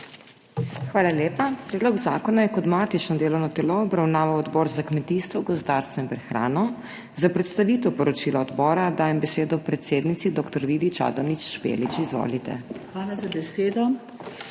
Hvala lepa. Predlog zakona je kot matično delovno telo obravnaval Odbor za kmetijstvo, gozdarstvo in prehrano. Za predstavitev poročila odbora dajem besedo predsednici dr. Vidi Čadonič Špelič. Izvolite. DR.